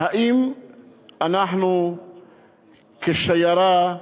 האם אנחנו כשיירה,